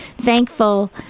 thankful